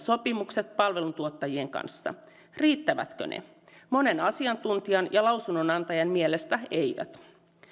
sopimukset palveluntuottajien kanssa riittävätkö ne monen asiantuntijan ja lausunnonantajan mielestä eivät